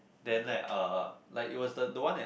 then let uh like it was the the one at